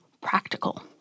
practical